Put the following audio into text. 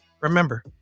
Remember